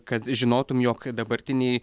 kad žinotum jog dabartiniai